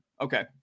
Okay